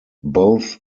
both